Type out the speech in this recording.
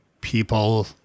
people